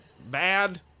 Bad